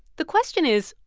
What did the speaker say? the question is,